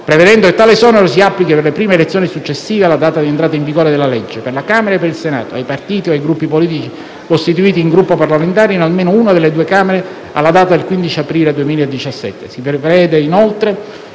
prevedendo che tale esonero si applichi per le prime elezioni successive alla data di entrata in vigore della legge, per la Camera e per il Senato, ai partiti o ai gruppi politici costituiti in Gruppo parlamentare in almeno una delle due Camere alla data del 15 aprile 2017.